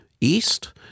east